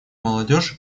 молодежи